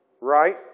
right